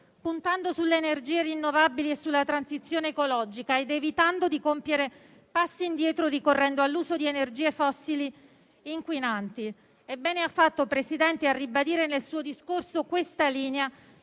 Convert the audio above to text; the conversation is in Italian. puntando sulle energie rinnovabili e sulla transizione ecologica ed evitando di compiere passi indietro ricorrendo all'uso di energie fossili inquinanti. Bene ha fatto, presidente Draghi, a ribadire nel suo discorso questa linea